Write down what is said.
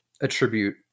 attribute